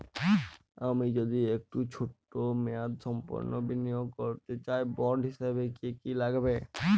আমি যদি একটু ছোট মেয়াদসম্পন্ন বিনিয়োগ করতে চাই বন্ড হিসেবে কী কী লাগবে?